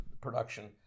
production